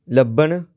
ਲੱਭਣ